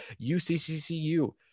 UCCCU